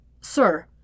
Sir